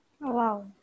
Wow